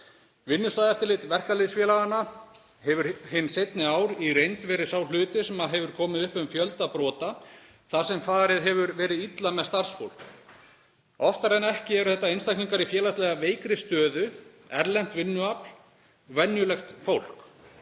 Vinnustaðaeftirlit verkalýðsfélaganna hefur hin seinni ár í reynd verið sá hluti sem hefur komið upp um fjölda brota þar sem farið hefur verið illa með starfsfólk. Oftar en ekki eru þetta einstaklingar í félagslega veikri stöðu, erlent vinnuafl, venjulegt fólk.